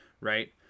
right